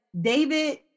David